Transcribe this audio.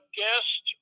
guest